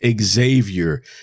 Xavier